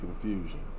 confusion